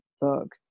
book